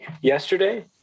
yesterday